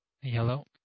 Hello